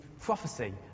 prophecy